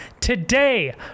today